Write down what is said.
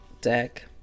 deck